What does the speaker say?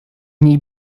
niej